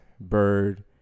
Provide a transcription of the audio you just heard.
Bird